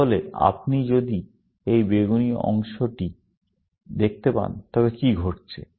তাহলে আপনি যদি এই বেগুনি অংশটি দেখতে পান তবে কী ঘটছে